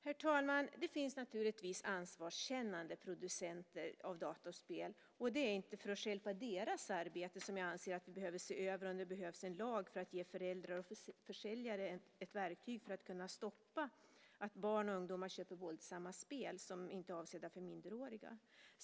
Herr talman! Det finns naturligtvis ansvarskännande producenter av datorspel. Det är inte för att stjälpa deras arbete som jag anser att vi behöver se över om det behövs en lag för att ge föräldrar och försäljare ett verktyg för att kunna stoppa barns och ungdomars köp av våldsamma spel som inte är avsedda för minderåriga.